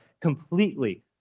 completely